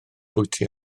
bwyty